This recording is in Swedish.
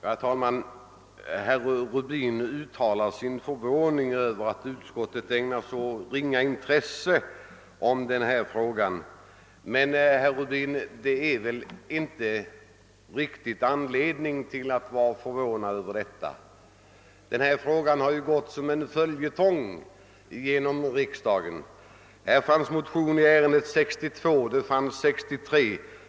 Herr talman! Herr Rubin uttalar sin förvåning över att utskottet ägnar så ringa intresse åt denna fråga. Men, herr Rubin, det finns väl inte någon anledning att vara förvånad över detta. Dennä fråga har ju gått som en följetong genom riksdagen. Här fanns motioner är 1962, de fanns 1963.